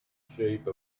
shape